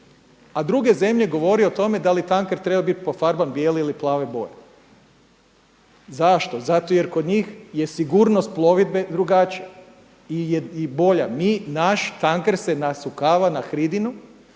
a druge zemlje govore o tome da li tanker treba biti pofarban bijele ili plave boje. Zašto? Zato jer je kod njih sigurnost plovidbe drugačija i bolja. Naš tanker se nasukava na hridinu.